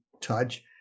Touch